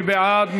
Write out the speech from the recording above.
מי בעד?